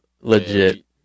legit